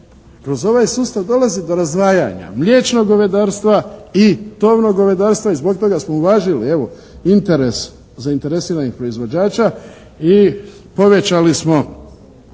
kroz ovaj sustav dolazi do razdvajanja mliječnog govedarstva i tovnog gospodarstva i zbog toga smo uvažili evo interes zainteresiranih proizvođača i povećali smo